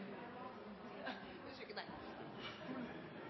statsråden si